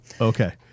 Okay